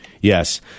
Yes